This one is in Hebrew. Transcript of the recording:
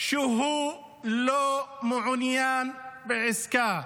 לא מעוניין בעסקה,